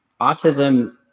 autism